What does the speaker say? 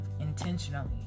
intentionally